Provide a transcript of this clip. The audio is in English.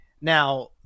Now